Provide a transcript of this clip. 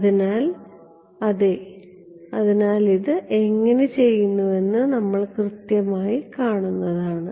അതിനാൽ അതെ അതിനാൽ ഇത് എങ്ങനെ ചെയ്തുവെന്ന് നമ്മൾ കൃത്യമായി കാണുന്നതാണ്